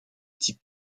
type